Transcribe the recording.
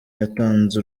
yatanze